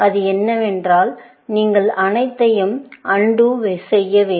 அது என்னவென்றால் நீங்கள் அனைத்தையும் அன்டூ வேண்டும்